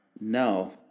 No